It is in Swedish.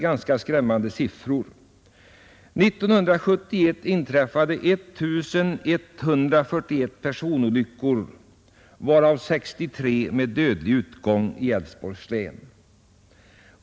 1971 inträffade 1 141 personolyckor, varav 63 med dödlig utgång, i Älvsborgs län.